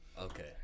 Okay